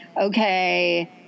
okay